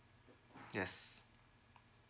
yes